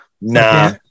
Nah